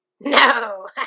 No